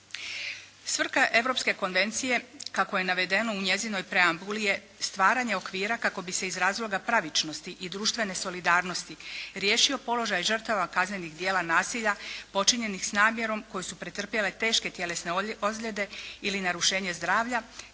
Svrha europske konvencije kako je navedeno u njezinoj preambuli je stvaranje okvira kako bi se iz razloga pravičnosti i društvene solidarnosti riješio položaj žrtava kaznenih djela nasilja počinjenih s namjerom koju su pretrpjele teške tjelesne ozljede ili narušenje zdravlja,